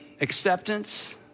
Acceptance